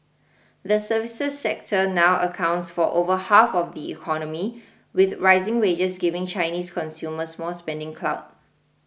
the services sector now accounts for over half of the economy with rising wages giving Chinese consumers more spending clout